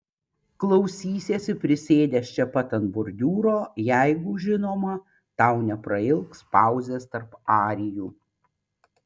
klausysiesi prisėdęs čia pat ant bordiūro jeigu žinoma tau neprailgs pauzės tarp arijų